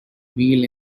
meal